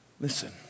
Listen